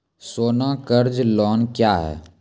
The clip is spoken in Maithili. सोना कर्ज लोन क्या हैं?